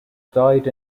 died